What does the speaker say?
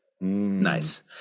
Nice